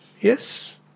Yes